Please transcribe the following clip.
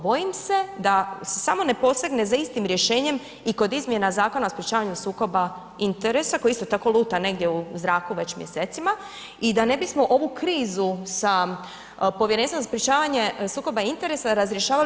Bojim se da se samo ne posegne za istim rješenjem i kod Izmjena zakona o sprječavanju sukoba interesa koji isto tako luta negdje u zraku već mjesecima i da ne bismo ovu krizu sa Povjerenstvom za sprječavanje sukoba interesa razrješavali